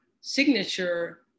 signature